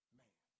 man